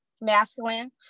masculine